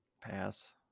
Pass